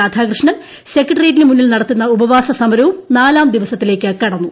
രാധാകൃഷ്ണൻ സെക്രിട്ടേറിയറ്റിന് മുന്നിൽ നടത്തുന്ന ഉപവാസ സമരവും നാലാം ദിവസ്മത്തിലേക്ക് കടന്നു